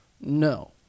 No